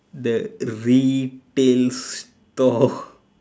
the retail store